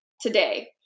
today